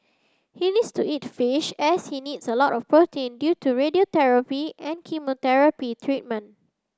he needs to eat fish as he needs a lot of protein due to radiotherapy and chemotherapy treatment